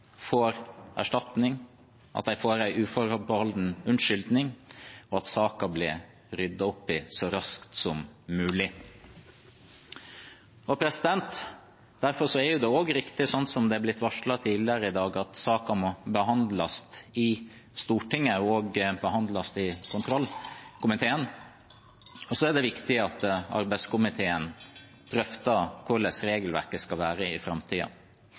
får erstatning og en uforbeholden unnskyldning, og at saken blir ryddet opp i så raskt som mulig. Derfor er det også riktig, som det ble varslet tidligere i dag, at saken må behandles i Stortinget og av kontroll- og konstitusjonskomiteen, og det er viktig at arbeids- og sosialkomiteen drøfter hvordan regelverket skal være i